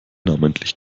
namentlich